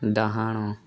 ଡାହାଣ